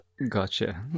gotcha